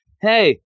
hey